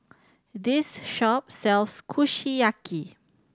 this shop sells Kushiyaki